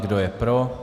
Kdo je pro?